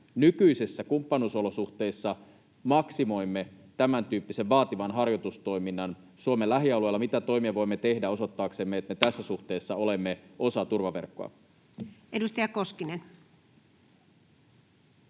nykyisissä kumppanuusolosuhteissa maksimoimme tämäntyyppisen vaativan harjoitustoiminnan Suomen lähialueilla? Mitä toimia voimme tehdä osoittaaksemme, että tässä suhteessa olemme osa turvaverkkoa? [Speech